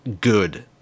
good